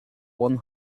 one